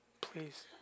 please